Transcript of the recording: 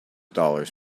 dollars